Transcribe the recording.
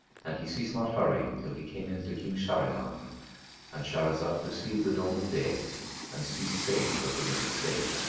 and he ceased not hurrying till he came in to king shahriman and shahrazad perceived the dawn of day and ceased saying her permitted say.